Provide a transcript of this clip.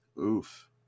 Oof